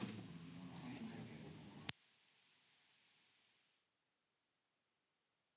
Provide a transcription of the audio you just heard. Kiitos